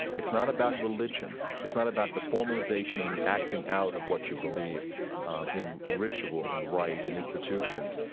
it's not about religion. it's not about the formalization and the acting out of what you believe um in ritual and rite and institutions.